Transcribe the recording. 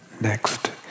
next